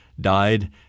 died